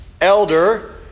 elder